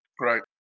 right